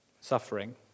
Suffering